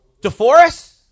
DeForest